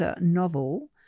novel